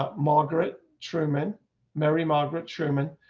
ah margaret truman mary margaret truman,